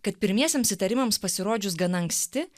kad pirmiesiems įtarimams pasirodžius gana anksti